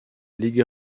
ligues